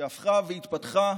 שהפכה והתפתחה